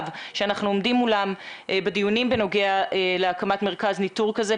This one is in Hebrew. שאנחנו עומדים מולם בדיונים בנוגע להקמת מרכז ניטור כזה.